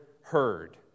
heard